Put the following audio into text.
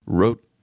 wrote